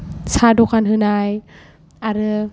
साह दखान होनाय आरो